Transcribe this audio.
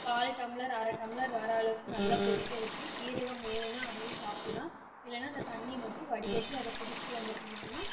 கால் tumbler அர tumbler வர அளவுக்கு நல்லா கொதிக்க விட்டு சீரகம் வேணும்னா அதையும் சாப்பிட்லாம் இல்லைனா அந்த தண்ணி மட்டும் வடி கட்டி அதை குடிச்சிட்டு வந்துட்டிருந்தோம்னா